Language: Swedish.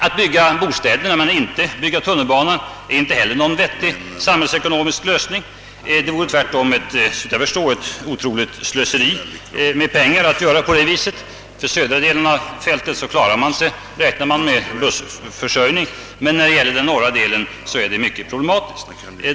Det kan inte heller vara någon vettig samhällsekonomisk lösning att bygga bostäder på Järvafältet utan att bygga tunnelbana. Det är tvärtom ett otroligt slöseri med pengar. Man räknar med att bussförsörjning skall räcka för den södra delen av fältet, men i fråga om den norra delen är det mera problematiskt.